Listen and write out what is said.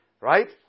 Right